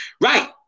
Right